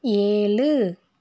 ஏழு